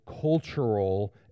cultural